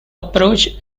approach